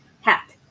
hat